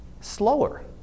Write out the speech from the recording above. slower